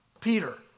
Peter